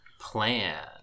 plan